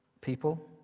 people